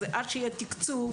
עד שיהיה תקצוב,